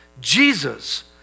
Jesus